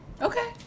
Okay